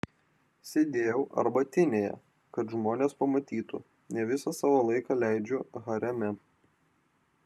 sėdėjau arbatinėje kad žmonės pamatytų ne visą savo laiką leidžiu hareme